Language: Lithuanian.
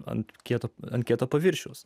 ant kieto ant kieto paviršiaus